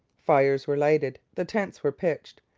fires were lighted, the tents were pitched,